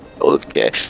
Okay